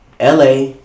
LA